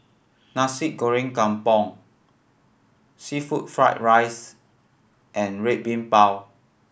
Nasi Goreng Kampung seafood fried rice and Red Bean Bao